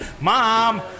Mom